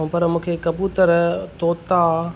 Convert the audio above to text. ऐं पर मूंखे कबूतर तोता